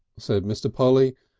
said mr. polly,